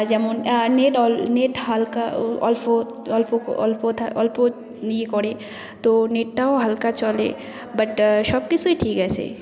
যেমন net net হালকা ও অলফো অল্প অল্প অল্প নিয়ে করে তো নেটটাও হালকা চলে বাট সবকিছুই ঠিক আছে